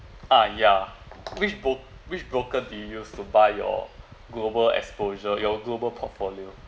ah ya which brok~ which broker did you use to buy your global exposure your global portfolio